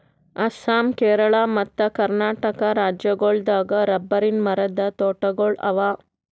ಅಸ್ಸಾಂ ಕೇರಳ ಮತ್ತ್ ಕರ್ನಾಟಕ್ ರಾಜ್ಯಗೋಳ್ ದಾಗ್ ರಬ್ಬರಿನ್ ಮರದ್ ತೋಟಗೋಳ್ ಅವಾ